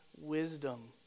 wisdom